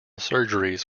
surgeries